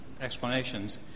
explanations